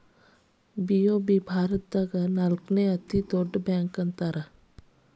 BOB ಭಾರತದಾಗ ನಾಲ್ಕನೇ ಅತೇ ದೊಡ್ಡ ಬ್ಯಾಂಕ ಅಂತಾರ